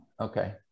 Okay